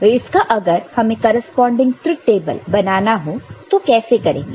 तो इसका अगर हमें करेस्पॉनन्डिंग ट्रुथ टेबल बनाना हो तो कैसे करेंगे